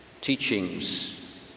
teachings